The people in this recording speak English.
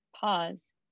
pause